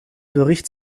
bericht